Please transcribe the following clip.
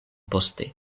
poste